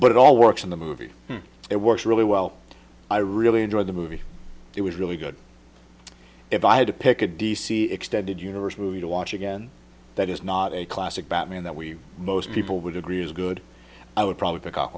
but it all works in the movie it works really well i really enjoyed the movie it was really good if i had to pick a d c extended universe movie to watch again that is not a classic batman that we most people would agree is good i would probably pick